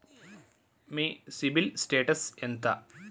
మీ CIBIL status ఎంత?